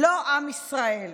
לא עמישראל.